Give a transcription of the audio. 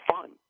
fun